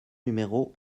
numéro